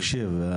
תקשיב,